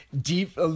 deep